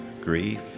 grief